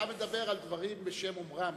אתה מדבר על דברים בשם אומרם.